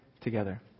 together